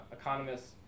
economists